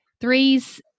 threes